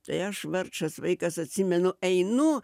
tai aš vargšas vaikas atsimenu einu